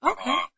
Okay